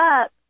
up